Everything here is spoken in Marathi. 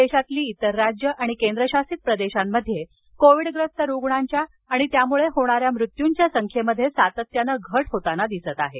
देशातील इतर राज्य आणि केंद्रशासित प्रदेशांमध्ये कोविड्ग्रस्त रुग्णांच्या आणि त्यामुळे होणाऱ्या मृत्यूंच्या संख्येत सातत्यानं घट होताना दिसत आहे